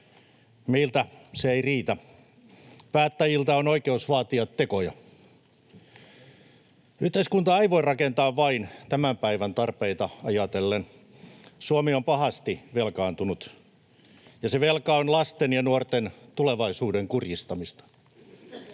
Meiltä se ei riitä. Päättäjiltä on oikeus vaatia tekoja. Yhteiskuntaa ei voi rakenneta vain tämän päivän tarpeita ajatellen. Suomi on pahasti velkaantunut, ja se velka on lasten ja nuorten tulevaisuuden kurjistamista.